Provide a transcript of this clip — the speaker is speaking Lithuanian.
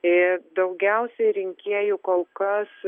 ir daugiausiai rinkėjų kol kas